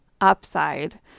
upside